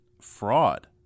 fraud